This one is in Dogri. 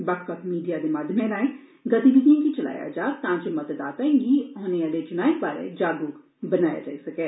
बक्ख बक्ख मीडिया दे माध्यमें राए गतिविधियें गी चलाया जाग तां जे मतदाताएं गी औने आले च्नाएं बारै जागरुक बनाया जाई सकै